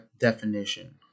definition